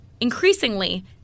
Increasingly